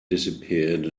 disappeared